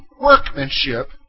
workmanship